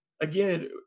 again